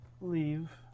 leave